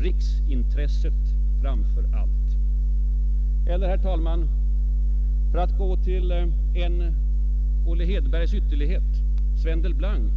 Riksintresset framför allt.” Eller — herr talman — för att gå till en Olle Hedbergs ytterlighet, Sven Delblanc,